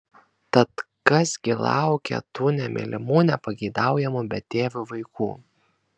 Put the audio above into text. tad kas gi laukia tų nemylimų nepageidaujamų betėvių vaikų